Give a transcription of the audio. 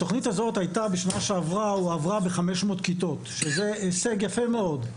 התוכנית הזאת בשנה שעברה הועברה ב-500 כיתות שזה הישג יפה מאוד,